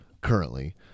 currently